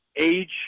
age